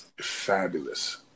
fabulous